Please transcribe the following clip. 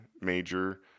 major